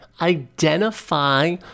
identify